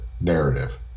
narrative